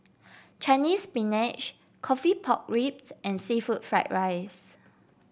Chinese Spinach coffee Pork Ribs and seafood Fried Rice